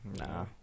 Nah